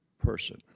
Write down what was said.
person